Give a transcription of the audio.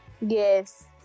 yes